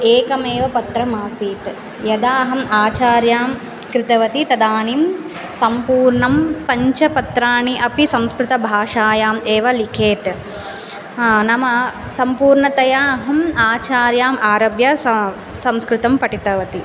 एकमेव पत्रमासीत् यदा अहम् आचार्यां कृतवती तदानीं सम्पूर्णं पञ्चपत्राणि अपि संस्कृतभाषायाम् एव लिखेत् नाम सम्पूर्णतया अहम् आचार्याम् आरभ्य स संस्कृतं पठितवती